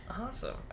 Awesome